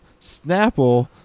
Snapple